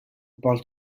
parle